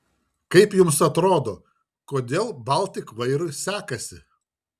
kaip jums atrodo kodėl baltik vairui sekasi